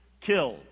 killed